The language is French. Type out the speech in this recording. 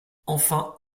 enfin